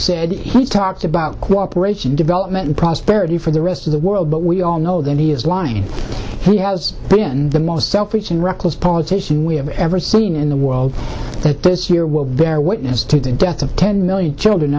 said he talked about cooperation development and prosperity for the rest of the world but we all know that he is lying and he has been the most selfish and reckless politician we have ever seen in the world this year will bear witness to the deaths of ten million children